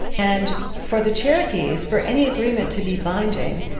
and for the cherokees, for any agreement to be binding,